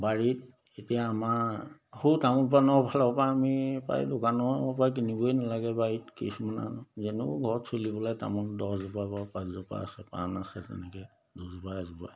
বাৰীত এতিয়া আমাৰ সৌ তামোল পাণৰ ফালৰ পৰা আমি প্ৰায় দোকানৰ পৰা কিনিবই নালাগে বাৰীত কিছুমানৰ যেনেও ঘৰত চলিবলৈ তামোল দহজোপা বা পাঁচজোপা আছে পাণ আছে তেনেকৈ দুজোপা এজোপা